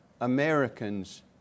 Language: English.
Americans